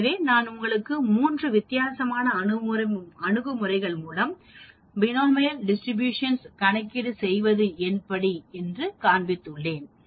எனவே நான் உங்களுக்கு மூன்று வித்தியாசமான அணுகுமுறைகள் மூலம் நாம் பினோமியல் டிஸ்றிபியேசன் கணக்கீடு செய்வது எப்படி என்று காண்பித்தேன்